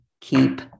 keep